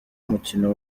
umukino